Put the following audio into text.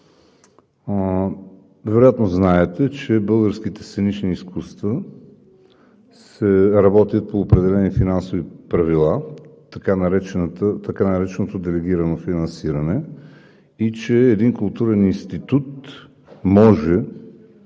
Вероятно знаете, че българските сценични изкуства се работят по определени финансови правила – така нареченото делегирано финансиране, и че един културен институт може